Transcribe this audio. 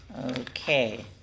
Okay